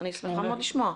אני שמחה מאוד לשמוע.